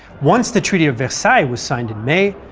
once the treaty of versailles was signed in may,